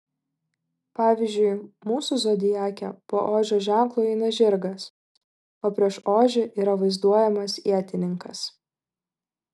pavyzdžiui mūsų zodiake po ožio ženklo eina žirgas o prieš ožį yra vaizduojamas ietininkas